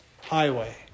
highway